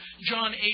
John